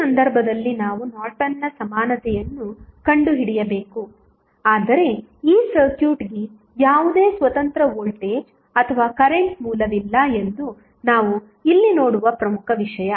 ಈ ಸಂದರ್ಭದಲ್ಲಿ ನಾವು ನಾರ್ಟನ್ನ ಸಮಾನತೆಯನ್ನು ಕಂಡುಹಿಡಿಯಬೇಕು ಆದರೆ ಈ ಸರ್ಕ್ಯೂಟ್ಗೆ ಯಾವುದೇ ಸ್ವತಂತ್ರ ವೋಲ್ಟೇಜ್ ಅಥವಾ ಕರೆಂಟ್ ಮೂಲವಿಲ್ಲ ಎಂದು ನಾವು ಇಲ್ಲಿ ನೋಡುವ ಪ್ರಮುಖ ವಿಷಯ